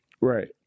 Right